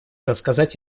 рассказать